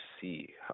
see